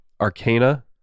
Arcana